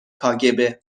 کاگب